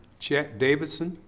chet davidson?